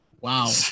Wow